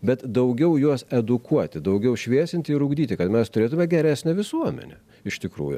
bet daugiau juos edukuoti daugiau šviesinti ir ugdyti kad mes turėtume geresnę visuomenę iš tikrųjų